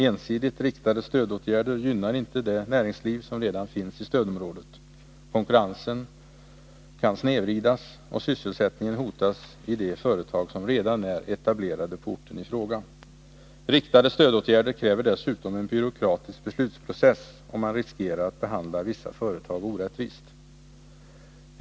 Ensidigt riktade stödåtgärder gynnar inte det näringsliv som redan finns i stödområdet. Konkurrensen kan snedvridas och sysselsättningen hotas i de företag som redan är etablerade på orten i fråga. Riktade stödåtgärder kräver dessutom en byråkratisk beslutsprocess, och man riskerar att behandla vissa företag orättvist.